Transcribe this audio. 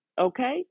Okay